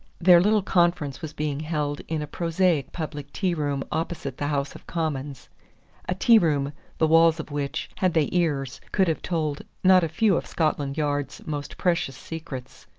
their little conference was being held in a prosaic public tea-room opposite the house of commons a tea-room the walls of which, had they ears, could have told not a few of scotland yard's most precious secrets.